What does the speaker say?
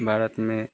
भारत में